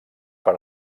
per